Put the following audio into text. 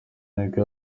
nibwo